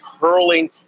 hurling